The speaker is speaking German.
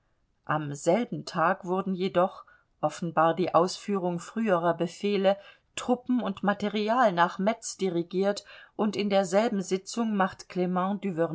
am selben tag wurden jedoch offenbar die ausführung früherer befehle truppen und material nach metz dirigiert und in derselben sitzung macht